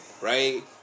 Right